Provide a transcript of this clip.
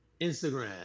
Instagram